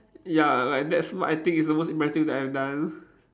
ya like that's what I think is the most impressive that I've done